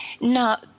Now